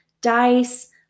dice